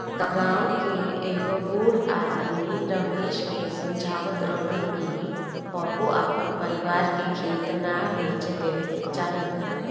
गांव के एगो बूढ़ आदमी रमेश के समझावत रहलन कि कबो आपन परिवार के खेत ना बेचे देबे के चाही